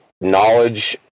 knowledge